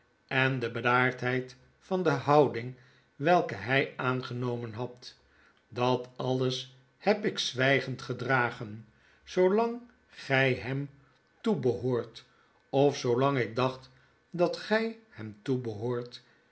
en de bedaardheid van de houding welke hij aangenomen had dat alles heb ik zwijgend gedragen zoolang gij hem toebehoordet of zoolangik dacht dat gij hem